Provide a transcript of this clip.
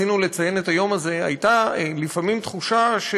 כשרצינו לציין את היום הזה, הייתה לפעמים תחושה,